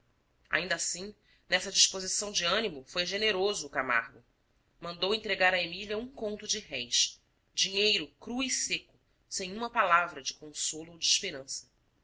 ainda assim nessa disposição de ânimo foi generoso o camargo mandou entregar a emília um conto de réis dinheiro cru e seco sem uma palavra de consolo ou de esperança